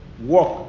Work